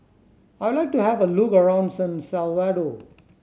I would like to have a look around San Salvador